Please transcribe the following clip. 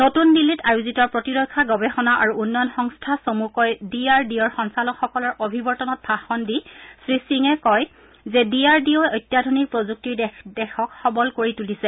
নতুন দিল্লীত আয়োজিত প্ৰতিৰক্ষা গৱেষণা আৰু উন্নয়ন সংস্থা চমুকৈ ডি আৰ ডি অ'ৰ সঞ্চালকসকলৰ অভিৱৰ্তনত ভাষণ দি শ্ৰীসিঙে কয় যে ডি আৰ ডি অই অত্যাধনিক প্ৰযুক্তিৰে দেশক সবল কৰি তুলিছে